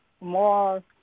more